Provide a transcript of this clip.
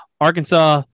Arkansas